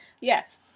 Yes